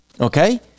Okay